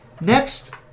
Next